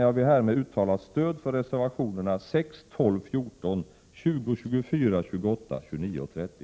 Jag vill härmed uttala stöd för reservationerna 6, 12, 14, 20, 24, 28, 29 och 30.